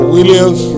Williams